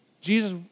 Jesus